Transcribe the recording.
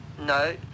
No